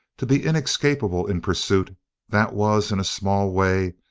to be inescapable in pursuit that was, in a small way,